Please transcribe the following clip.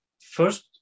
first